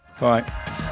Bye